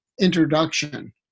introduction